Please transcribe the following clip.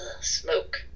smoke